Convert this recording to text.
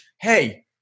hey